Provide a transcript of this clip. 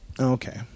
Okay